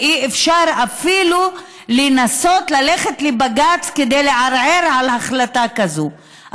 ואי-אפשר אפילו לנסות ללכת לבג"ץ כדי לערער על החלטה כזאת.